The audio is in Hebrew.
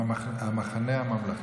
המחנה הממלכתי.